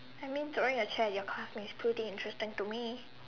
I mean during the chair your class was pretty interested into me